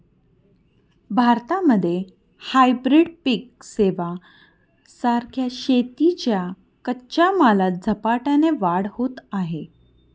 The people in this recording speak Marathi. भारतामध्ये हायब्रीड पिक सेवां सारख्या शेतीच्या कच्च्या मालात झपाट्याने वाढ होत आहे